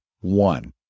one